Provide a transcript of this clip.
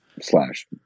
slash